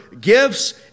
gifts